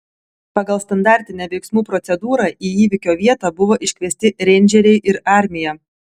pagal standartinę veiksmų procedūrą į įvykio vietą buvo iškviesti reindžeriai ir armija